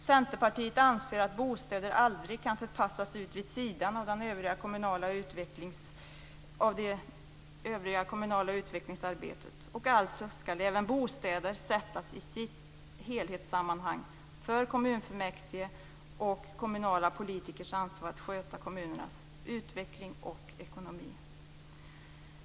Centerpartiet anser att bostäder aldrig kan förpassas ut vid sidan av det övriga kommunala utvecklingsarbetet, alltså skall även bostäder sättas in i sitt helhetssammanhang för kommunfullmäktige och för kommunala politikers ansvar att sköta kommunernas utveckling och ekonomi.